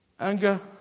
Anger